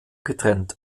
getrennt